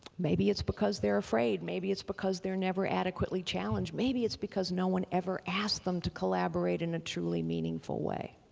maybe it's because they're afraid. maybe it's because they're never adequately challenged. maybe it's because no one ever asked them to collaborate in a truly meaningful way.